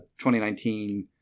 2019